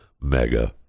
mega